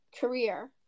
career